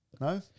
no